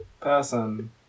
person